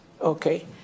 okay